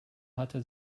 hatte